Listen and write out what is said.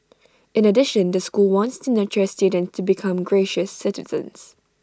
in addition the school wants to nurture students to become gracious citizens